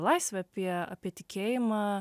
laisvę apie apie tikėjimą